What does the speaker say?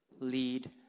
lead